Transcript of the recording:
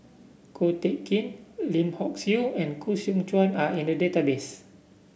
Ko Teck Kin Lim Hock Siew and Koh Seow Chuan are in the database